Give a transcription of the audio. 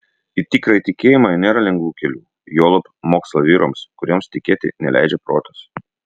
į tikrąjį tikėjimą nėra lengvų kelių juolab mokslo vyrams kuriems tikėti neleidžia protas